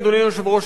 אדוני היושב-ראש,